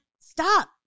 stop